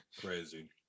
Crazy